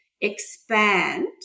expand